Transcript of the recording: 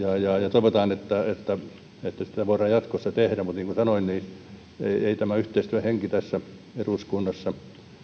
toivotaan että että sitä voidaan jatkossa tehdä mutta niin kuin sanoin ei tämä yhteistyön henki tässä eduskunnassa